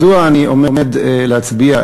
מדוע אני עומד להצביע,